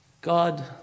God